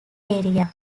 area